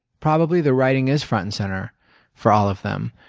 probably the writing is front and center for all them.